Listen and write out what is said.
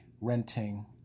Renting